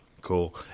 Cool